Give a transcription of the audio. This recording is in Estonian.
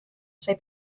sai